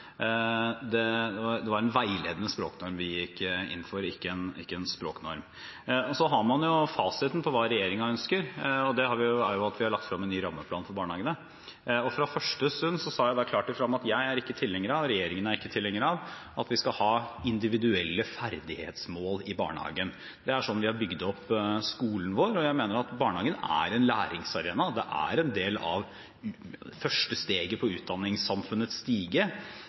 Det var en veiledende språknorm vi gikk inn for, ikke en språknorm. Fasiten for hva regjeringen ønsker, er at vi har lagt frem en ny rammeplan for barnehagene. Fra første stund sa jeg klart ifra om at jeg er ikke tilhenger av, og regjeringen er ikke tilhenger av, å ha individuelle ferdighetsmål i barnehagen, slik som vi har bygd opp i skolen vår. Jeg mener barnehagen er en læringsarena og det første steget på utdanningssamfunnets stige, men barnehagen skal ikke bli en skole. Læring i barnehagen må foregå på